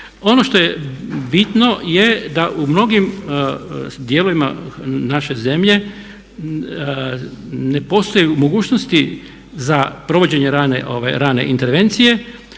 Ono što je bitno je da u mnogim dijelovima naše zemlje ne postoje mogućnosti za provođenje rane intervencije,